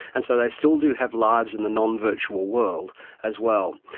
and so they still do have lives in the non-virtual world as well.